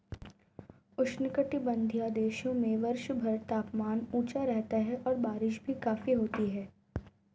उष्णकटिबंधीय देशों में वर्षभर तापमान ऊंचा रहता है और बारिश भी काफी होती है